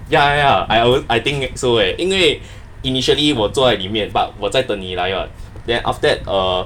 ya ya ya I al~ I think so leh 因为 initially 我坐在里面 but 我在等你来 [what] then after that err